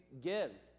gives